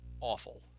awful